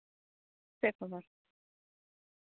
ᱪᱮᱫ ᱠᱷᱚᱵᱚᱨ